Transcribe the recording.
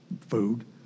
food